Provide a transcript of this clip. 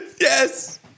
Yes